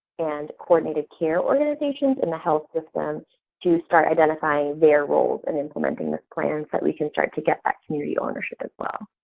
and coordinated care organizations in the health system to start identifying their roles in implementing this plan so that we can start to get that community ownership as well.